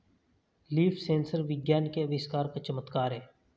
leaf sensor विज्ञान के आविष्कार का चमत्कार है